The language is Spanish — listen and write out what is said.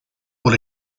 por